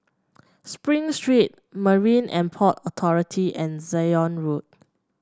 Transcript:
Spring Street Marine And Port Authority and Zion Road